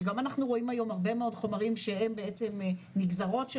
שגם אנחנו רואים היום הרבה מאוד חומרים שהם בעצם נגזרות של